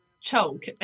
choke